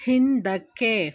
ಹಿಂದಕ್ಕೆ